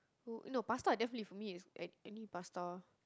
oh no pasta definitely for me it's any any pasta